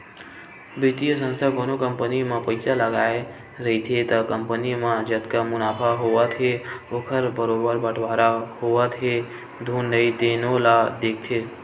बित्तीय संस्था कोनो कंपनी म पइसा लगाए रहिथे त कंपनी म जतका मुनाफा होवत हे ओखर बरोबर बटवारा होवत हे धुन नइ तेनो ल देखथे